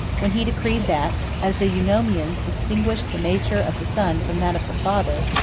when he decreed, that, as the eunomians distinguished the nature of the son from that of the father,